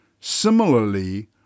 similarly